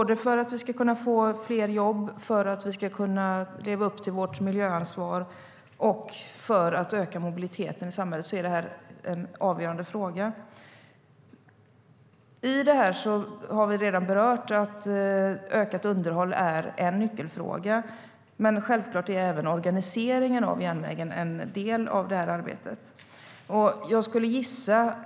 Det är en avgörande fråga för att vi ska få fler jobb, leva upp till vårt miljöansvar och öka mobiliteten i samhället. Vi har redan berört att ökat underhåll är en nyckelfråga. Men självklart är även organiseringen av järnvägen en del av arbetet.